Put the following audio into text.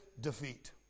Defeat